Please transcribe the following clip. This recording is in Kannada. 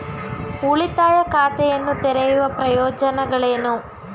ಉಳಿತಾಯ ಖಾತೆಯನ್ನು ತೆರೆಯುವ ಪ್ರಯೋಜನಗಳೇನು?